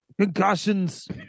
Concussions